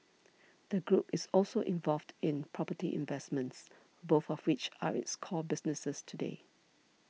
the group is also involved in property investments both of which are its core businesses today